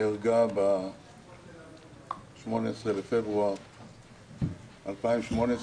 שנהרגה ב-18 בפברואר 2018,